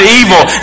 evil